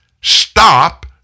Stop